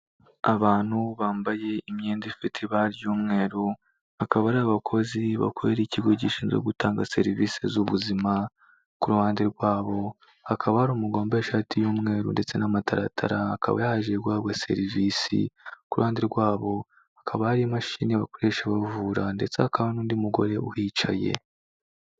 Abantu bambaye imyenda ifite ibara ry'umweru, akaba ari abakozi bakorera ikigo gishinzwe gutanga serivisi z'ubuzima, ku ruhande rwabo hakaba hari umugabo wambaye ishati y'umweru ndetse n'amataratara akaba yaje guhabwa serivisi, ku ruhande rwabo hakaba hari imashini bakoresha bavura, ndetse hakaba hari n'undi mugore uhicaye.